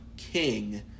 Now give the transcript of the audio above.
King